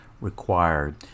required